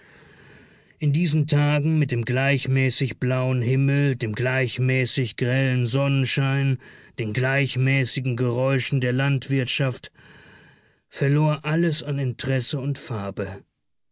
in diesen tagen mit dem gleichmäßig blauen himmel dem gleichmäßig grellen sonnenschein den gleichmäßigen geräuschen der landwirtschaft verlor alles an interesse und farbe